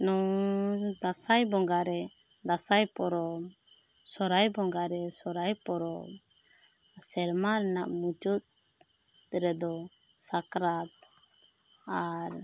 ᱱᱚᱝ ᱫᱟᱥᱟᱸᱭ ᱵᱚᱸᱜᱟ ᱨᱮ ᱫᱟᱥᱟᱸᱭ ᱯᱚᱨᱚᱵᱽ ᱥᱚᱨᱟᱭ ᱵᱚᱸᱜᱟ ᱨᱮ ᱥᱚᱨᱦᱟᱭ ᱯᱚᱨᱚᱵᱽ ᱥᱮᱨᱢᱟ ᱨᱮᱱᱟᱜ ᱢᱩᱪᱟᱹᱫ ᱨᱮᱫᱚ ᱥᱟᱠᱨᱟᱛ ᱟᱨ